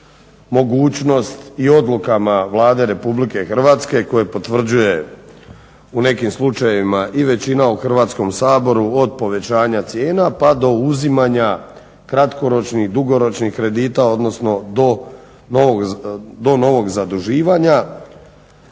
mogućnost i odlukama Vlade Republike Hrvatske koje potvrđuje u nekim slučajevima i većina u Hrvatskom saboru od povećanja cijena pa do uzimanja kratkoročnih, dugoročnih kredita, odnosno do novog zaduživanja.